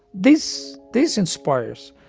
this this inspires.